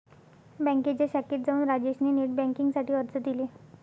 बँकेच्या शाखेत जाऊन राजेश ने नेट बेन्किंग साठी अर्ज दिले